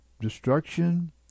destruction